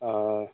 ہاں